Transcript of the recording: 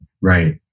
Right